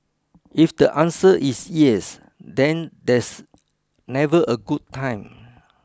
if the answer is yes then there's never a good time